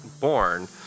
born